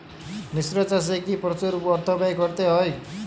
মিশ্র চাষে কি প্রচুর অর্থ ব্যয় করতে হয়?